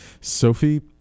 Sophie